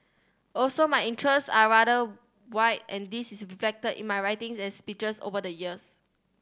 also my interests are rather wide and this is reflected in my writings and speeches over the years